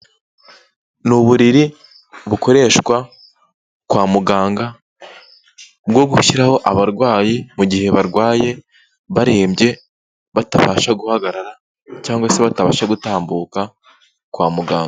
Ni uburiri bukoreshwa kwa muganga bwo gushyiraho abarwayi mu gihe barwaye barembye batabasha guhagarara cyangwa se batabasha gutambuka kwa muganga.